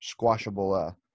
squashable